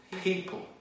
people